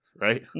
right